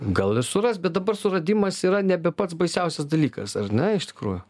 gal ir suras bet dabar suradimas yra nebe pats baisiausias dalykas ar ne iš tikrųjų